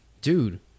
dude